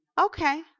Okay